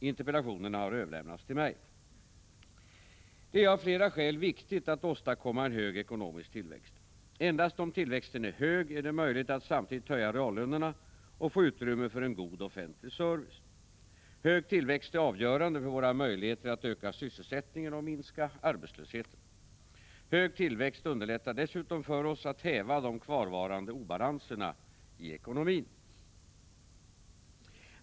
Interpellationerna har överlämnats till mig. Det är av flera skäl viktigt att åstadkomma en hög ekonomisk tillväxt. Endast om tillväxten är hög är det möjligt att samtidigt höja reallönerna och få utrymme för en god offentlig service. Hög tillväxt är avgörande för våra främja den ekonomiska tillväxten möjligheter att öka sysselsättningen och minska arbetslösheten. Hög tillväxt underlättar dessutom för oss att häva de kvarvarande obalanserna i ekonomin.